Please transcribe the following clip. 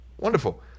Wonderful